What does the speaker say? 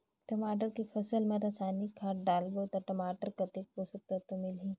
टमाटर के फसल मा रसायनिक खाद डालबो ता टमाटर कतेक पोषक तत्व मिलही?